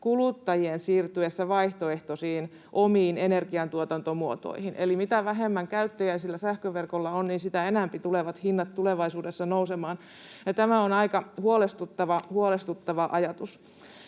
kuluttajien siirtyessä vaihtoehtoisiin, omiin energiantuotantomuotoihin, eli mitä vähemmän käyttäjiä sähköverkolla on, niin sitä enempi hinnat tulevat tulevaisuudessa nousemaan, ja tämä on aika huolestuttava ajatus.